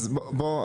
אז בוא,